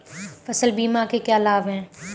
फसल बीमा के क्या लाभ हैं?